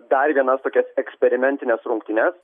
dar vienas tokias eksperimentines rungtynes